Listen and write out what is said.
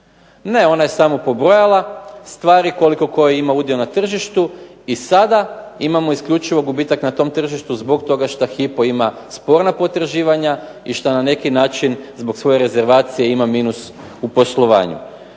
Ne, ona je samo pogledala, stvari koliko tko ima udio na tržištu i sada imamo isključivo gubitak na tom tržištu zbog toga što Hypo ima sporna potraživanja i što na neki način zbog svoje rezervacije ima minus u poslovanju.